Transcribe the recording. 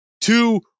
Two